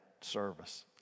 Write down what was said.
service